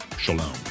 Shalom